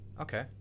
Okay